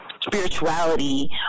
spirituality